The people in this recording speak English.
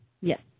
Yes